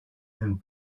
and